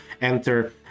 enter